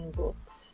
books